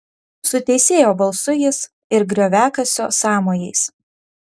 su teisėjo balsu jis ir grioviakasio sąmojais